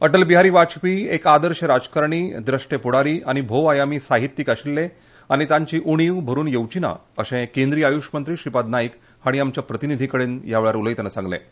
अटल बिहारी वायपेयी एक आदर्श राजकारणी द्रश्टे फुडारी आनी भोव आयामी साहित्यीक आशिल्ले आनी तांची उणीव भरून येवची ना अशे आयुश मंत्री श्रीपाद नायक हाणी आमच्या प्रतिनिधीकडेन उलयतनां सांगलें